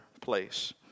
place